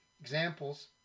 examples